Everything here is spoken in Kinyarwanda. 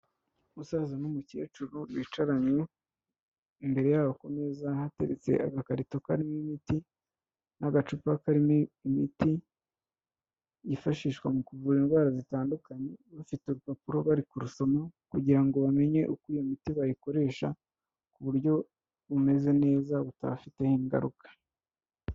Umusaza n'umukecuru bicaranye, imbere yabo ku meza hateretse agakarito karimo imiti, n'agacupa karimo imiti, yifashishwa mu kuvura indwara zitandukanye, bafite urupapuro bari kurusoma kugira ngo bamenye uko iyo miti bayikoresha, ku buryo bumeze neza budafite ingaruka.